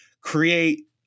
create